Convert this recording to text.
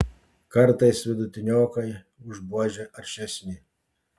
kartais vidutiniokai už buožę aršesni